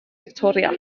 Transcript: fictoria